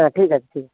হ্যাঁ ঠিক আছে ঠিক